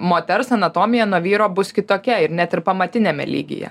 moters anatomija nuo vyro bus kitokia ir net ir pamatiniame lygyje